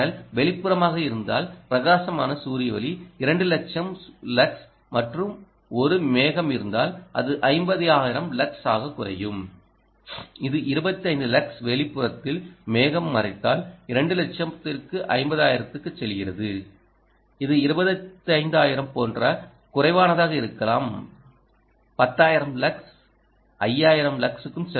வெளிப்புறமாக இருந்தால் பிரகாசமான சூரிய ஒளி 2 லட்சம் லக்ஸ் மற்றும் ஒரு மேகம் இருந்தால் அது 50000 லக்ஸ் ஆகக் குறையும் இது 25 லக்ஸ் வெளிப்புறத்தில் மேகம் மறைத்தால் 2 லட்சம் 50000 க்குச் செல்கிறது இது 25000 போன்ற குறைவானதாக இருக்கலாம்10000 லக்ஸ் 5000 லக்ஸ்க்கும் செல்லலாம்